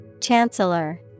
Chancellor